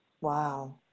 Wow